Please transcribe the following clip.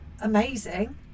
Amazing